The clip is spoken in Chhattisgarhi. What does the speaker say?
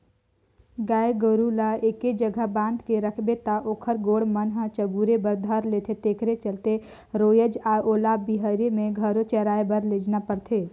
गाय गोरु ल एके जघा बांध के रखबे त ओखर गोड़ मन ह चगुरे बर धर लेथे तेखरे चलते रोयज ओला बहिरे में घलो चराए बर लेजना परथे